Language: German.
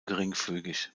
geringfügig